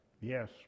Yes